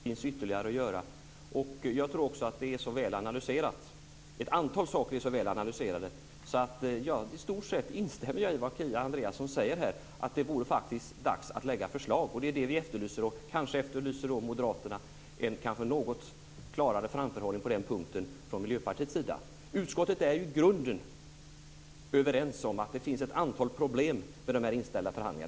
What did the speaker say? Herr talman! När det gäller delgivningen är jag alldeles övertygad om att det finns ytterligare att göra. Jag tror också att ett antal saker är väl analyserade. I stort sett instämmer jag i det som Kia Andreasson säger, att det vore dags att lägga fram förslag, och det är det som vi efterlyser, och kanske efterlyser Moderaterna en något klarare framförhållning på den punkten från Miljöpartiets sida. Utskottet är ju i grunden överens om att det finns ett antal problem med dessa inställda förhandlingar.